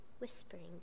whispering